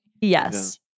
yes